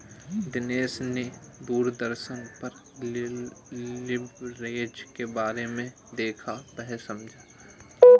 दिनेश ने दूरदर्शन पर लिवरेज के बारे में देखा वह समझा